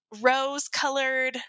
rose-colored